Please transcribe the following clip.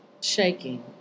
Shaking